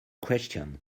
question